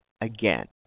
again